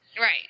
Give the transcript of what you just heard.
Right